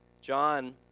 John